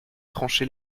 tranché